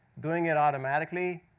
doing it automatically,